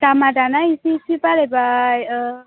दामा दाना एसे एसे बारायबाय